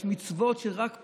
יש מצוות שרק פה,